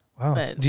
Wow